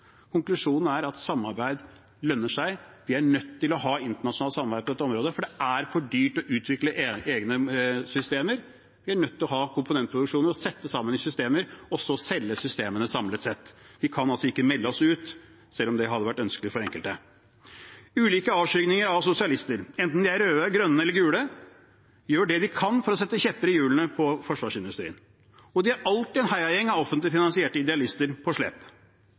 Konklusjonen er at samarbeid lønner seg. Vi er nødt til å ha internasjonalt samarbeid på dette området, for det er for dyrt å utvikle egne systemer. Vi er nødt til å ha komponentproduksjon, sette sammen i systemer og så selge systemene samlet. Vi kan altså ikke melde oss ut, selv om det hadde vært ønskelig for enkelte. Ulike avskygninger av sosialister, enten de er røde, grønne eller gule, gjør det de kan for å stikke kjepper i hjulene på forsvarsindustrien, og de har alltid en heiagjeng av offentlig finansierte idealister på slep.